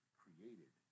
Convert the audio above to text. created